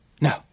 no